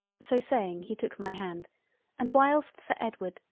so saying, he took my hand and whilst sir edward,